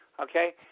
okay